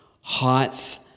height